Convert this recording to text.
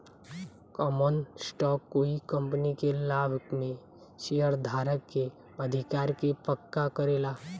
common stock कोइ company के लाभ में शेयरधारक के अधिकार के पक्का करेला